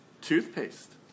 toothpaste